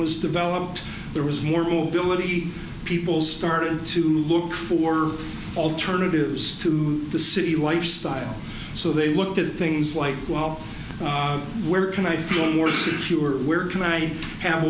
was developed there was more mobility people started to look for alternatives to the city lifestyle so they looked at things white wall where can i feel more secure where can i have